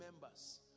members